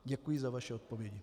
Děkuji za vaše odpovědi.